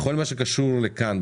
בכל מה שקשור לכאן,